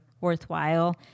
worthwhile